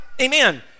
Amen